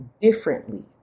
differently